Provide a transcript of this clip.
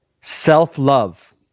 self-love